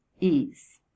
ease